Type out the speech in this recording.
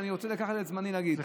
ואני רוצה לקחת את זמני ולהגיד.